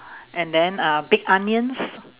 and then uh big onions